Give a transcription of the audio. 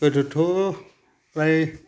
गोदोथ' फ्राय